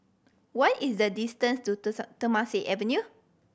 what is the distance to Temasek Avenue